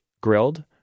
grilled